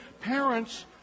parents